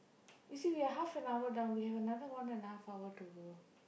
you see we're half hour down we have another one and half hour to go